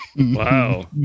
Wow